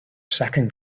second